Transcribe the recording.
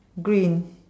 green